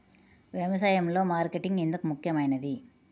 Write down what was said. వ్యసాయంలో మార్కెటింగ్ ఎందుకు ముఖ్యమైనది?